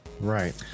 Right